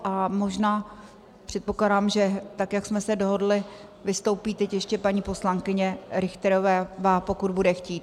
A možná, předpokládám, že tak jak jsme se dohodly, vystoupí teď ještě paní poslankyně Richterová, pokud bude chtít.